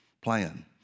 plan